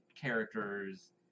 characters